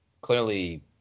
clearly